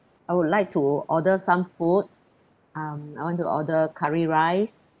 I would like to order some food um I want to order curry rice